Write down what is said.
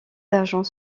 d’argent